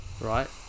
Right